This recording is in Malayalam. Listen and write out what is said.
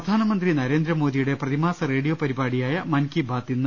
പ്രധാനമന്ത്രി നരേന്ദ്രമോദിയുടെ പ്രതിമാസ റേഡിയോ പരി പാടിയായ മൻ കി ബാത്ത് ഇന്ന്